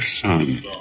son